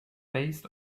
based